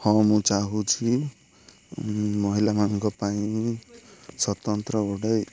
ହଁ ମୁଁ ଚାହୁଁଛିି ମହିଳାମାନଙ୍କ ପାଇଁ ସ୍ୱତନ୍ତ୍ର ଗୋଟେ